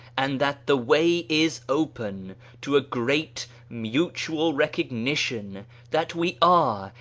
and that the way is open to a great mutual recognition that we are,